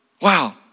Wow